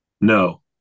no